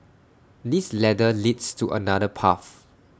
this ladder leads to another path